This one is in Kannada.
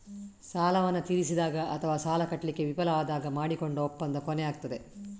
ಸಾಲವನ್ನ ತೀರಿಸಿದಾಗ ಅಥವಾ ಸಾಲ ಕಟ್ಲಿಕ್ಕೆ ವಿಫಲ ಆದಾಗ ಮಾಡಿಕೊಂಡ ಒಪ್ಪಂದ ಕೊನೆಯಾಗ್ತದೆ